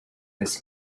this